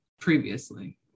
previously